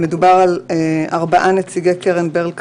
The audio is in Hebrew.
לפי הצעת היוזם מדובר על ארבעה נציגי קרן ברל כצנלסון,